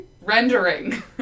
rendering